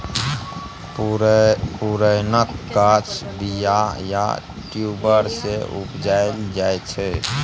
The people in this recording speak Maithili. पुरैणक गाछ बीया या ट्युबर सँ उपजाएल जाइ छै